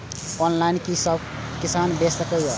Online कि सब किसान बैच सके ये?